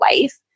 life